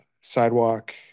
sidewalk